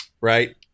right